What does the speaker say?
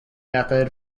method